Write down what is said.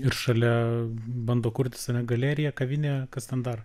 ir šalia bando kurtis galerija kavinė kas ten dar